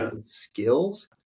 skills